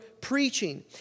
preaching